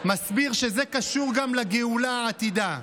מסביר שזה קשור גם לגאולה העתידה.